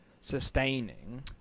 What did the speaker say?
sustaining